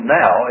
now